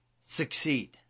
succeed